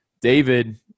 david